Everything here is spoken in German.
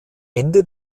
ende